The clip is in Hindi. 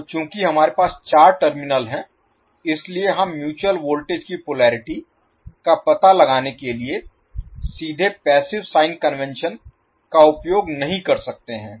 तो चूंकि हमारे पास चार टर्मिनल हैं इसलिए हम म्यूचुअल वोल्टेज की पोलेरिटी का पता लगाने के लिए सीधे पैसिव साइन कन्वेंशन का उपयोग नहीं कर सकते हैं